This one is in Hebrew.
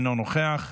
אינו נוכח,